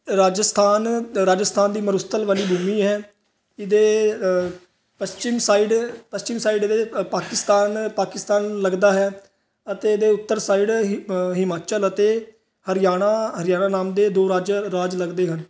ਰਾਜਸਥਾਨ ਰਾਜਸਥਾਨ ਦੀ ਮਾਰੂਥਲ ਵਾਲੀ ਭੂਮੀ ਹੈ ਇਹਦੇ ਪੱਛਚਿਮ ਸਾਈਡ ਪੱਛਮ ਸਾਈਡ ਇਹਦੇ ਪਾਕਿਸਤਾਨ ਪਾਕਿਸਤਾਨ ਲੱਗਦਾ ਹੈ ਅਤੇ ਇਹਦੇ ਉੱਤਰ ਸਾਈਡ ਹਿਮ ਹਿਮਾਚਲ ਅਤੇ ਹਰਿਆਣਾ ਹਰਿਆਣਾ ਨਾਮ ਦੇ ਦੋ ਰਾਜਯ ਰਾਜ ਲੱਗਦੇ ਹਨ